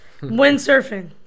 Windsurfing